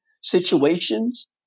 situations